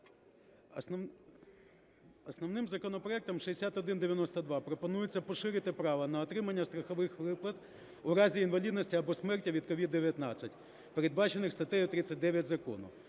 Основним законопроектом 6192 пропонується поширити право на отримання страхових виплат в разі інвалідності або смерті від COVID-19, передбачених статтею 39 закону.